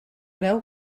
veu